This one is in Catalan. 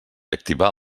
activar